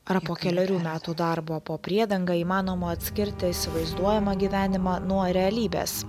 ar po kelerių metų darbo po priedanga įmanoma atskirti įsivaizduojamą gyvenimą nuo realybės